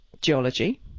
geology